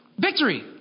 Victory